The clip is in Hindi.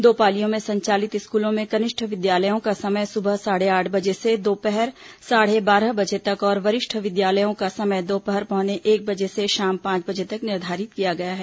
दो पालियों में संचालित स्कूलों में कनिष्ठ विद्यालयों का समय सुबह साढ़े आठ बजे से दोपहर साढ़े बारह बजे तक और वरिष्ठ विद्यालयों का समय दोपहर पौने एक बजे से शाम पांच बजे तक निर्धारित किया गया है